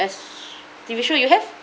as T_V show you have